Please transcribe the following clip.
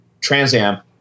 Transamp